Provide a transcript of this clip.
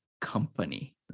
company